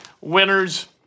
winners